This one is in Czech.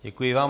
Děkuji vám.